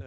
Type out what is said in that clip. la